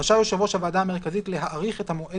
רשאי יושב ראש הוועדה המרכזית להאריך את המועד